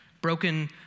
broken